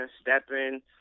stepping